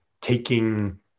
taking